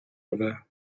рве